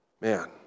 Man